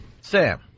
Sam